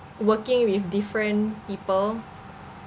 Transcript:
working with different people